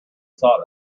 sought